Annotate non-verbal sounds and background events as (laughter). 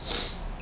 (noise)